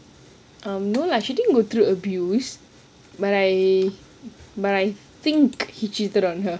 um no lah she didn't go through abuse but I but I think he cheated on her